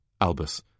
Albus